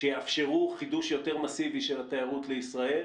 שיאפשרו חידוש יותר מסיבי של התיירות לישראל,